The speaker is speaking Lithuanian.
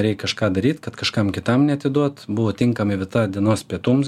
reik kažką daryt kad kažkam kitam neatiduot buvo tinkami vita dienos pietums